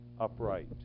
upright